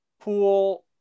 pool –